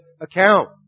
account